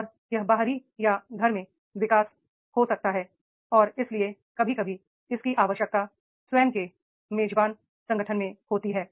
और यह बाहरी या घर में विकास हो सकता है और इसलिए कभी कभी इसकी आवश्यकता स्वयं के मेजबान संगठन में होती है